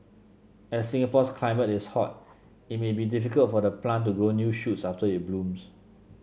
as Singapore's climate is hot it may be difficult for the plant to grow new shoots after it blooms